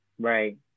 Right